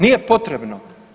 Nije potrebno.